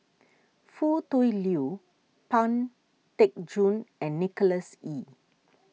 Foo Tui Liew Pang Teck Joon and Nicholas Ee